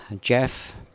Jeff